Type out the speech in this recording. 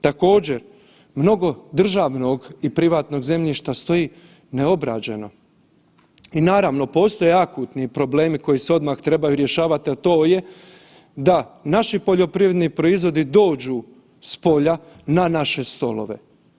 Također mnogo državnog i privatnog zemljišta stoji neobrađeno i naravno postoje akutni problemi koji se odmah trebaju rješavati, a to je da naši poljoprivredni proizvodi dođu s polja na naše stolove.